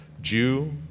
Jew